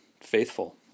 faithful